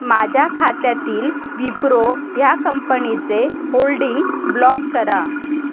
माझ्या खात्यातील विप्रो ह्या कंपणीचे होल्डिंग्स ब्लॉक करा